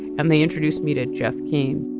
and they introduced me to jeff cain